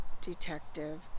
detective